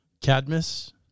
Cadmus